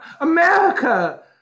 America